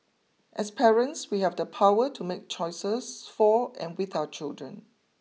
as parents we have the power to make choices for and with our children